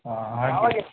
ಹಾಂ ಆಯಿತು